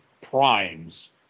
primes